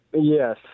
Yes